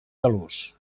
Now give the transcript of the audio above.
talús